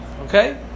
Okay